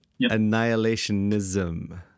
annihilationism